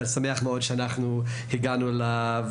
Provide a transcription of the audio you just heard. אני שמח מאוד שהגענו לוועדה.